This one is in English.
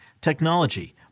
technology